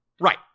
right